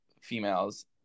females